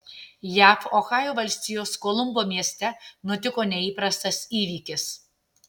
jav ohajo valstijos kolumbo mieste nutiko neįprastas įvykis